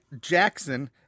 Jackson